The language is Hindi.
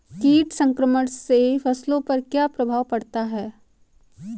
कीट संक्रमण से फसलों पर क्या प्रभाव पड़ता है?